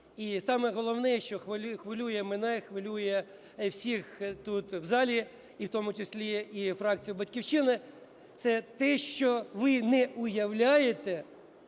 І саме головне, що хвилює мене, хвилює всіх тут в залі і в тому числі і фракцію "Батьківщина". Це те, що ви не уявляєте